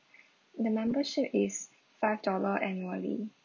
the membership is five dollar annually